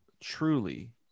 truly